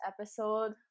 episode